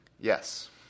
Yes